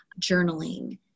journaling